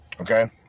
Okay